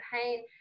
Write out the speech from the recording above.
pain